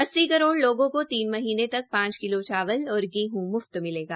अस्सी करोड़ लोगों को तीन महीने तक पांच किलो चावल और गेहूं मुफ्त मिलेगा